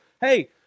Hey